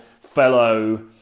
fellow